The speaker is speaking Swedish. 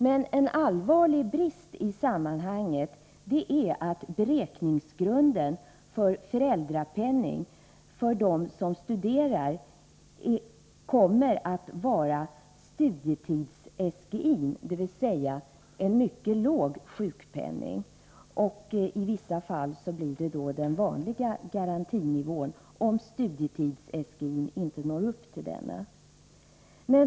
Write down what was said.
Men en allvarlig brist i sammanhanget är att beräkningsgrunden för föräldrapenning för dem som studerar kommer att vara studietids-SGI-n, dvs. en mycket låg sjukpenning. I vissa fall blir det den vanliga garantinivån, om studietids-SGI-n inte når upp till denna.